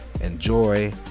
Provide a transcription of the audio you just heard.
enjoy